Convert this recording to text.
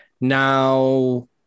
Now